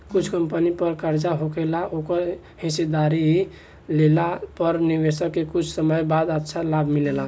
कुछ कंपनी पर कर्जा होखेला ओकर हिस्सेदारी लेला पर निवेशक के कुछ समय बाद अच्छा लाभ मिलेला